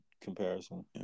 comparison